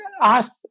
ask